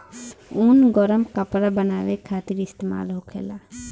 ऊन गरम कपड़ा बनावे खातिर इस्तेमाल होखेला